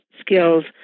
skills